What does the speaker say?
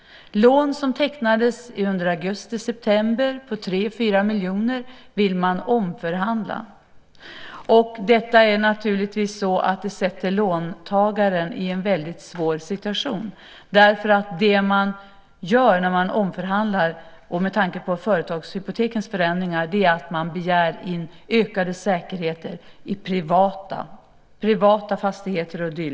Lån som tecknades under augusti september på tre fyra miljoner vill man omförhandla. Detta sätter låntagaren i en svår situation. Med tanke på företagshypotekens förändringar begär man när man omförhandlar in ökade säkerheter i privata fastigheter och dylikt.